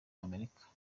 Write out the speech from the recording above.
amerika